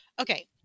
Okay